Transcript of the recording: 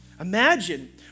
Imagine